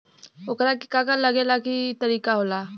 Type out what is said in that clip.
ओकरा के का का लागे ला का तरीका होला?